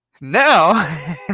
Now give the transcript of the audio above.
now